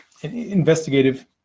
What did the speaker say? investigative